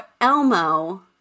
Elmo